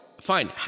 Fine